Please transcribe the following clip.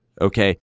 Okay